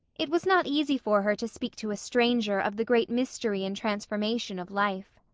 it was not easy for her to speak to a stranger of the great mystery and transformation of life.